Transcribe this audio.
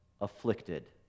afflicted